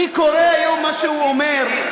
אני קורא היום מה שהוא אומר,